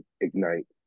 Ignite